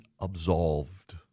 absolved